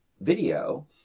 video